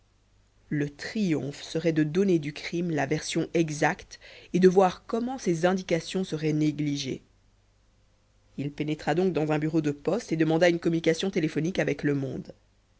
le triomphe serait de donner du crime la version exacte et de voir comment ses indications seraient négligées il pénétra donc dans un bureau de poste et demanda une communication téléphonique avec le monde